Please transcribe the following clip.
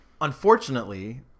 Unfortunately